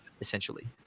essentially